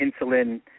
insulin